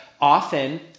often